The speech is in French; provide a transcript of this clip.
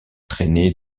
traînées